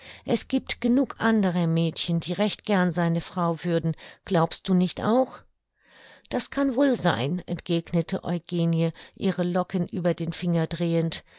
es giebt genug andere mädchen die recht gern seine frau würden glaubst du nicht auch das kann wohl sein entgegnete eugenie ihre locken über den finger drehend